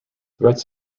threats